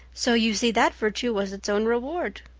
so you see that virtue was its own reward.